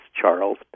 Charles